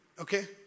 okay